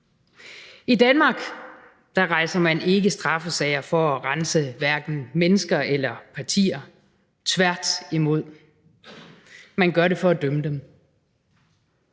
I Danmark rejser man ikke straffesager for at rense hverken mennesker eller partier, tværtimod. Man gør det for at dømme dem.